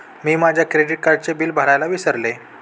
मी माझ्या क्रेडिट कार्डचे बिल भरायला विसरले